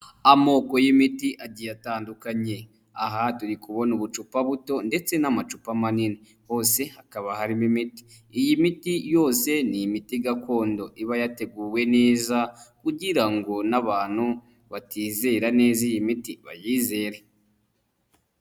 Amoko y'imiti agiye atandukanye aha turi kubona ubucupa buto ndetse n'amacupa manini, hose hakaba harimo imiti, iyi miti yose ni imiti gakondo iba yateguwe neza kugira ngo n'abantu batizera neza iyi miti bayizere.